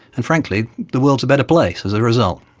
and frankly the world is a better place as a result.